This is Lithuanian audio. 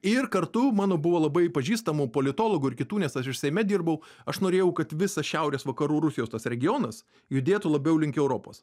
ir kartu mano buvo labai pažįstamų politologų ir kitų nes aš ir seime dirbau aš norėjau kad visas šiaurės vakarų rusijos tas regionas judėtų labiau link europos